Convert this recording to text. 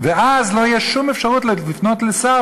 ואז לא תהיה שום אפשרות לפנות לשר